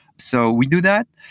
so we do that.